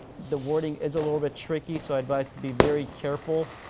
the wording is a little bit tricky, so i advise to be very careful,